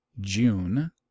June